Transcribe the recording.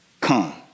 come